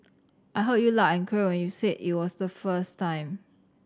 I heard you loud and clear when you said it the first time